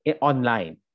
online